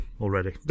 already